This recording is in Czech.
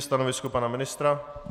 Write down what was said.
Stanovisko pana ministra?